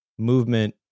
Movement